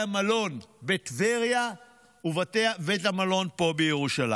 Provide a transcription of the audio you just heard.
המלון בטבריה ובתי המלון פה בירושלים.